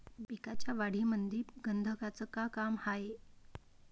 पिकाच्या वाढीमंदी गंधकाचं का काम हाये?